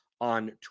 on